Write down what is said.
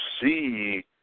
see